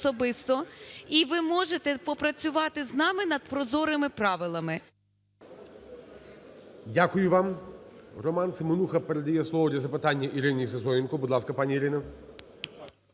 І ви можете попрацювати з нами над прозорими правилами.